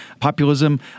populism